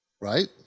right